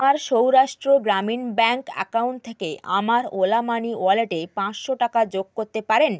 আমার Saurashtra Gramin bank account থেকে আমার ওলা মানি ওয়ালেটে পাঁচশো টাকা যোগ করতে পারেন